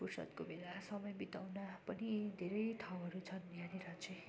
फुर्सदको बेला समय बिताउन पनि धेरै ठाउँहरू छन् यहाँनेर चाहिँ